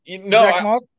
No